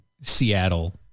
Seattle